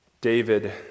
David